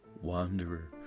Wanderer